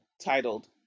titled